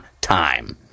time